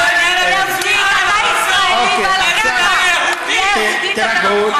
אתה ישראלי, זה עלא כיפאק, אתה צבוע.